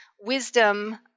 wisdom